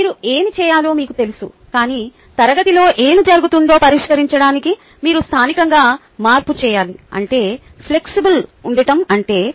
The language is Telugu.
మీరు ఏమి చేయాలో మీకు తెలుసు కాని తరగతిలో ఏమి జరుగుతుందో పరిష్కరించడానికి మీరు స్థానికంగా మార్పు చేయాలి అంటే ఫ్లెక్సిబుల్ ఉండడం అంటే